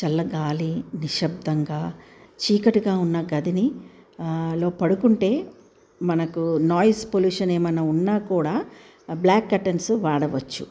చల్లగాలి నిశబ్దంగా చీకటిగా ఉన్నా గదిని లో పడుకుంటే మనకు నాయిస్ పొల్యూషన్ ఏమైనా ఉన్నా కూడా బ్లాక్ కర్టెన్స్ వాడవచ్చు